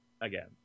Again